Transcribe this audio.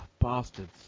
bastards